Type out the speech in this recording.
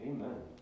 Amen